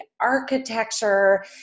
architecture